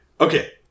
okay